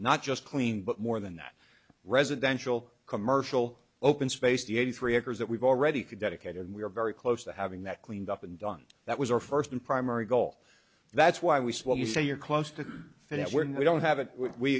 not just clean but more than that residential commercial open space the eighty three acres that we've already connecticut and we're very close to having that cleaned up and done that was our first and primary goal that's why we say well you say you're close to fit when we don't have it we